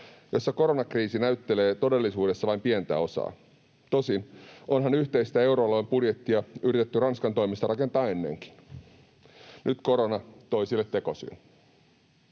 jossa koronakriisi näyttelee todellisuudessa vain pientä osaa. Tosin onhan yhteistä euroalueen budjettia yritetty Ranskan toimesta rakentaa ennenkin. Nyt korona toi sille tekosyyn.